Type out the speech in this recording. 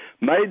made